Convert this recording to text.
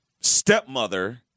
stepmother